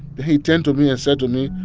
he turned to me and said to me,